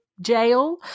Jail